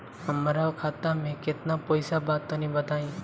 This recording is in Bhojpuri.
हमरा खाता मे केतना पईसा बा तनि बताईं?